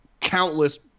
countless